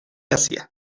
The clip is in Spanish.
asia